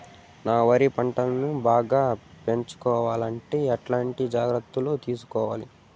నా వరి పంటను బాగా పెట్టుకోవాలంటే ఎట్లాంటి జాగ్రత్త లు తీసుకోవాలి?